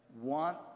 want